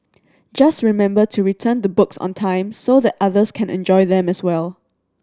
just remember to return the books on time so that others can enjoy them as well